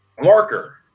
marker